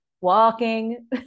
Walking